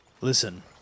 Listen